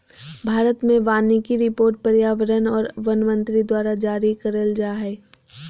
भारत मे वानिकी रिपोर्ट पर्यावरण आर वन मंत्री द्वारा जारी करल जा हय